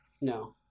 No